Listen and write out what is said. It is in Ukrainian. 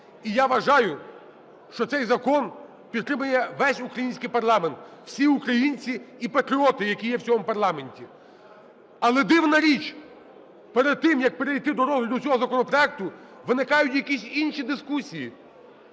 І я вважаю, що цей закон підтримає весь український парламент, всі українці і патріоти, які є в цьому парламенті. Але, дивна річ, перед тим, як перейти до розгляду цього законопроекту, виникають якісь інші дискусії.